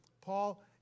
Paul